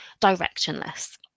directionless